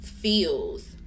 Feels